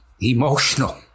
emotional